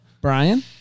Brian